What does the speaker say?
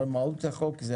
הרי מהות החוק זה